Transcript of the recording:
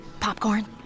Popcorn